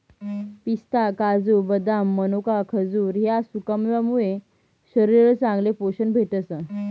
पिस्ता, काजू, बदाम, मनोका, खजूर ह्या सुकामेवा मुये शरीरले चांगलं पोशन भेटस